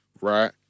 right